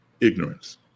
ignorance